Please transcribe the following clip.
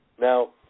Now